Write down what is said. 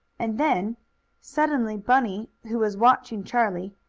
and then suddenly bunny, who was watching charlie,